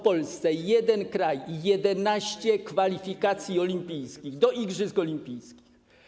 Polska to jeden kraj i 11 kwalifikacji olimpijskich, do igrzysk olimpijskich.